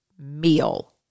Meal